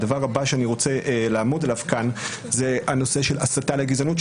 והדבר הבא שאני רוצה לעמוד עליו כאן זה הנושא של הסתה לגזענות,